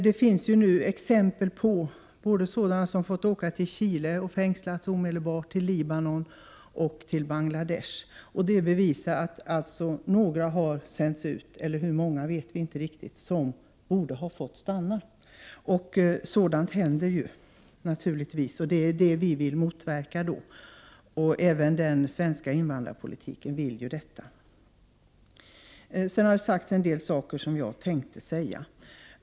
Det finns exempel på hur flyktingar som fått återvända till Libanon, Bangladesh och Chile har fängslats omedelbart. Vi vet inte riktigt hur många som har sänts ut men som borde ha fått stanna i Sverige. Sådant händer naturligtvis. Det vill vi motverka; även den svenska invandrarpolitiken syftar till det. Det har redan sagts en hel del av det som jag hade tänkt säga.